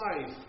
life